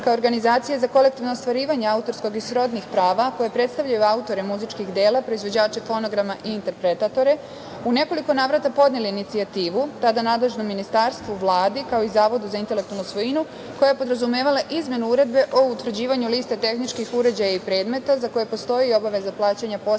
organizacije za kolektivno ostvarivanje autorskog i srodnih prava koje predstavljaju autore muzičkih dela, proizvođače fonograma i interpretatore u nekoliko navrata podneli inicijativu, tada nadležnom ministarstvu, Vladi, kao i Zavodu za intelektualnu svojinu, koja je podrazumevala izmenu Uredbe o utvrđivanju liste tehničkih uređaja i predmeta za koje postoji obaveza plaćanja posebne